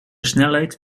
snelheid